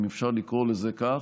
אם אפשר לקרוא לזה כך,